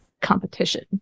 competition